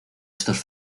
estos